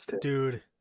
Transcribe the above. dude